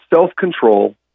self-control